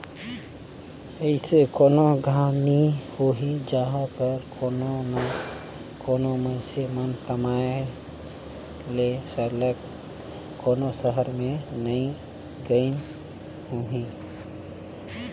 अइसे कोनो गाँव नी होही जिहां कर कोनो ना कोनो मइनसे मन कमाए ले सरलग कोनो सहर में नी गइन होहीं